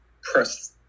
press